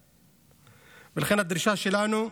ולכן, הדרישה שלנו,